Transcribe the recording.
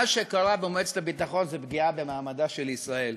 מה שקרה במועצת הביטחון זה פגיעה במעמדה של ישראל.